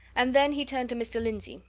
and then he turned to mr. lindsey,